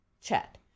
chat